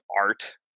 art